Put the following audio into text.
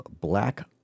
black